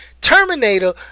Terminator